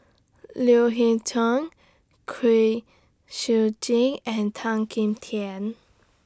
Leo Hee Tong Kwek Siew Jin and Tan Kim Tian